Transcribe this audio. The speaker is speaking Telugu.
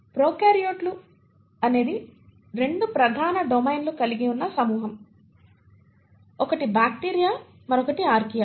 ప్రొకార్యోట్స్ అనేది 2 ప్రధాన డొమైన్లను కలిగి ఉన్న సమూహం ఒకటి బ్యాక్టీరియా మరొకటి ఆర్కియా